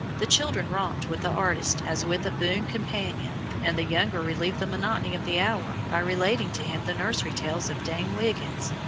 the children romped with the artist as with a boon companion, and the younger relieved the monotony of the hour by relating to him the nursery tales of dame wiggins,